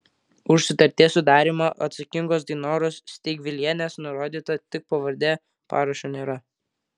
už sutarties sudarymą atsakingos dainoros steigvilienės nurodyta tik pavardė parašo nėra